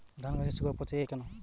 ধানগাছের শিকড় পচে য়ায় কেন?